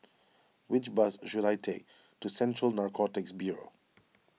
which bus should I take to Central Narcotics Bureau